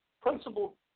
principal